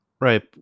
Right